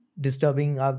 Disturbing